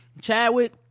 chadwick